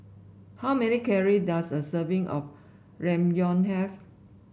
how many calories does a serving of Ramyeon have